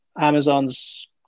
Amazon's